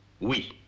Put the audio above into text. Oui